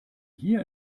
hier